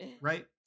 right